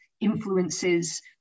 influences